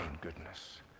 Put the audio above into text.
goodness